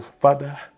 Father